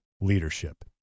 leadership